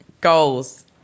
goals